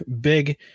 big